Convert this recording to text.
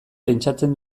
pentsatzen